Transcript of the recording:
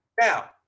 Now